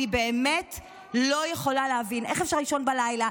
אני באמת לא יכולה להבין איך אפשר לישון בלילה,